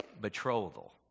betrothal